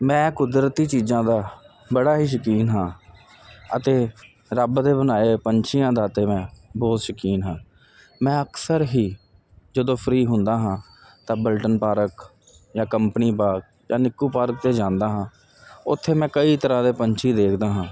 ਮੈਂ ਕੁਦਰਤੀ ਚੀਜ਼ਾਂ ਦਾ ਬੜਾ ਹੀ ਸ਼ੌਕੀਨ ਹਾਂ ਅਤੇ ਰੱਬ ਦੇ ਬਣਾਏ ਪੰਛੀਆਂ ਦਾ ਤੇ ਮੈਂ ਬਹੁਤ ਸ਼ੌਕੀਨ ਹਾਂ ਮੈਂ ਅਕਸਰ ਹੀ ਜਦੋਂ ਫਰੀ ਹੁੰਦਾ ਹਾਂ ਤਾਂ ਬਲਟਨ ਪਾਰਕ ਜਾਂ ਕੰਪਨੀ ਬਾਗ ਜਾਂ ਨਿੱਕੂ ਪਾਰਕ ਤੇ ਜਾਂਦਾ ਹਾਂ ਉੱਥੇ ਮੈਂ ਕਈ ਤਰ੍ਹਾਂ ਦੇ ਪੰਛੀ ਦੇਖਦਾ ਹਾਂ